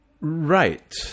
Right